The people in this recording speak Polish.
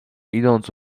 idąc